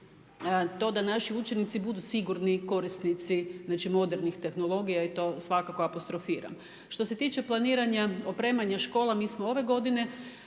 to da naši učenici budu sigurni korisnici, znači modernih tehnologija i to svakako apostrofiram. Što se tiče planiranja, opremanja škola mi smo ove godine,